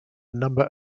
number